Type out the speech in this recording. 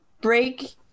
break